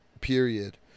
period